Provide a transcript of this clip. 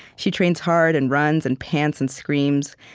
she trains hard and runs and pants and screams,